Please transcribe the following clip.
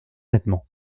nettement